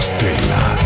Stella